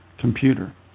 computer